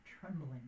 trembling